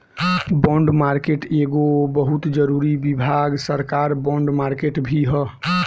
bond market के एगो बहुत जरूरी विभाग सरकार बॉन्ड मार्केट भी ह